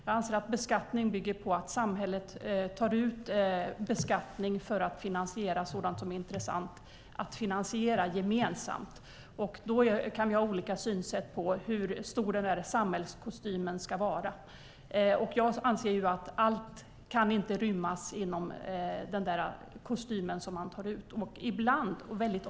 Jag anser att beskattning bygger på att samhället tar ut beskattning för att finansiera sådant som är intressant att finansiera gemensamt. Vi kan ha olika synsätt på hur stor samhällskostymen ska vara, och jag anser att allt inte kan rymmas inom den kostymen.